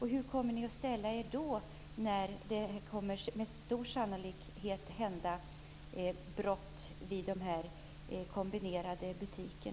Hur kommer ni att ställa er när det med stor sannolikhet kommer att ske brott i dessa kombinerade butiker?